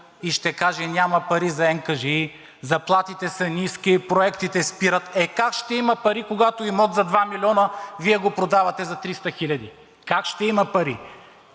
и ще каже: няма пари за НКЖИ, заплатите са ниски, проектите спират! Е, как ще има пари, когато имот за два милиона Вие го продавате за 300 хил. лв.? Как ще има пари?!